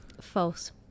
false